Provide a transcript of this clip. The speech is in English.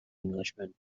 englishman